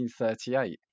1938